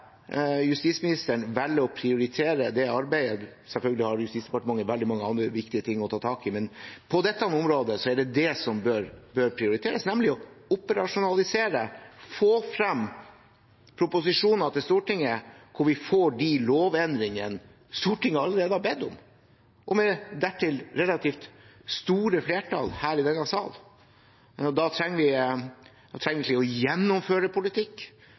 justisministeren velger å prioritere det arbeidet. Selvfølgelig har Justisdepartementet veldig mange andre viktige ting å ta tak i, men på dette området er det som bør prioriteres, nemlig å operasjonalisere, få frem proposisjoner til Stortinget hvor vi får de lovendringene Stortinget allerede har bedt om – og med dertil relativt store flertall her i denne sal. Da trenger vi egentlig å gjennomføre politikk,